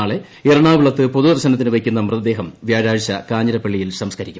നാളെ എറണാകുളത്ത് പൊതുദർശനത്തിന് വയ്ക്കുന്ന മൃതദേഹം വ്യാഴാഴ്ച കാഞ്ഞിരപ്പള്ളിയിൽ സംസ്ക്കരിക്കും